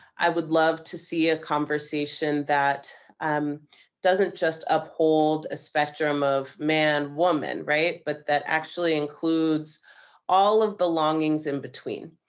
i would love to see a conversation that um doesn't just uphold a spectrum of, man, woman, right? but that actually includes all of the longings in between.